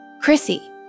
Chrissy